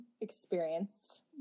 experienced